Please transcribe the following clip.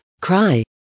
cry